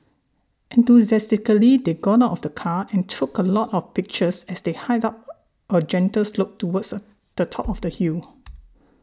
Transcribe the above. enthusiastically they got out of the car and took a lot of pictures as they hiked up a a gentle slope towards the the top of the hill